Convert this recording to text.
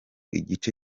igice